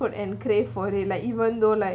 food and crave for it like even though like